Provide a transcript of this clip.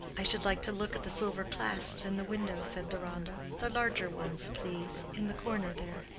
i should like to look at the silver clasps in the window, said deronda the larger ones, please, in the corner there.